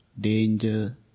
danger